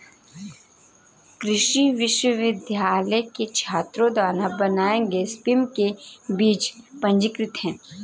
कृषि विश्वविद्यालय के छात्रों द्वारा बनाए गए सैंपल के बीज पंजीकृत हैं